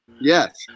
Yes